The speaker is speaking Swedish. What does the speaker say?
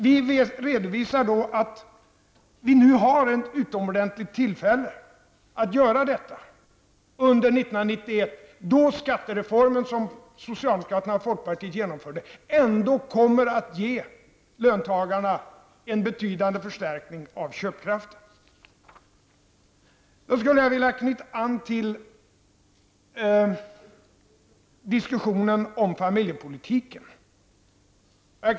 Vi redovisar att vi nu har ett utomordentligt tillfälle att göra detta under 1991, då skattereformen som socialdemokraterna och folkpartiet genomförde ändå kommer att ge löntagarna en betydande förstärkning av köpkraften. Sedan skulle jag vilja knyta an till diskussionen om familjepolitiken.